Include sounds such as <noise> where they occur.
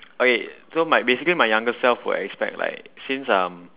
<noise> okay <noise> so my basically my younger self will expect like since um